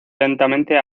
lentamente